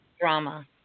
drama